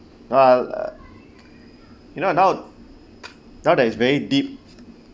now err you know now now that is very deep